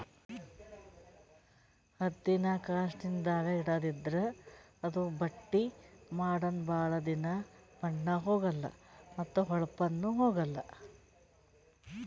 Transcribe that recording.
ಹತ್ತಿನಾ ಕಾಸ್ಟಿಕ್ದಾಗ್ ಇಡಾದ್ರಿಂದ ಅದು ಬಟ್ಟಿ ಮಾಡನ ಭಾಳ್ ದಿನಾ ಬಣ್ಣಾ ಹೋಗಲಾ ಮತ್ತ್ ಹೋಳಪ್ನು ಹೋಗಲ್